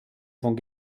von